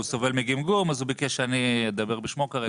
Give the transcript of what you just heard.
הוא סובל מגמגום אז הוא ביקש שאני אדבר בשמו כרגע.